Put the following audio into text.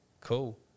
Cool